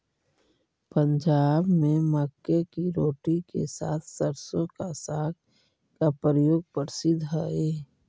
पंजाब में मक्के की रोटी के साथ सरसों का साग का प्रयोग प्रसिद्ध हई